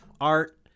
art